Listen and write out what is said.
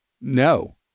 No